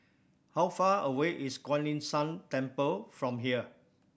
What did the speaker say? how far away is Kuan Yin San Temple from here